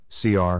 CR